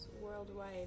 worldwide